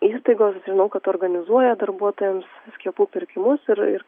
įstaigos žinau kad organizuoja darbuotojams skiepų pirkimus ir ir